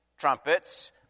Trumpets